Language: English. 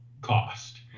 cost